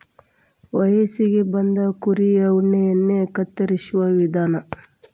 ವಯಸ್ಸಿಗೆ ಬಂದ ಕುರಿಯ ಉಣ್ಣೆಯನ್ನ ಕತ್ತರಿಸುವ ವಿಧಾನ